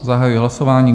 Zahajuji hlasování.